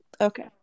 Okay